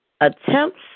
attempts